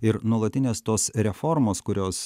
ir nuolatinės tos reformos kurios